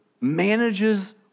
manages